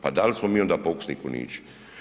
Pa da li smo mi onda pokusni kunići?